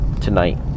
tonight